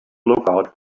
lookout